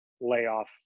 layoff